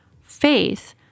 faith